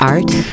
Art